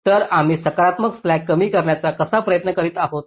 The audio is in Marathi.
तर आम्ही सकारात्मक स्लॅक्स कमी करण्याचा कसा प्रयत्न करीत आहोत